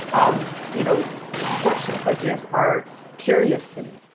um you know questions like this are curious to me.